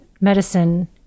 Medicine